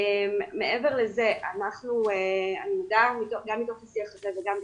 מעבר לזה אנחנו גם מתוך השיח הזה וגם בכלל,